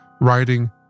writing